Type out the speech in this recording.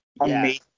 amazing